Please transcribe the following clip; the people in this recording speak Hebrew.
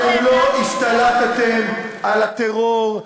אתם לא השתלטתם על הטרור,